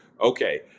okay